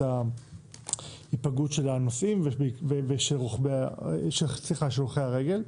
ההיפגעות של הנוסעים ושל הולכי הרגל.